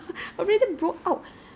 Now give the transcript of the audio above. some part of China 我不知道哪里